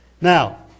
Now